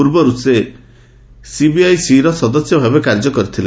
ପୂର୍ବରୁ ସେ ସିବିଆଇସିର ସଦସ୍ୟ ଭାବେ କାର୍ଯ୍ୟ କରିଥିଲେ